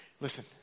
Listen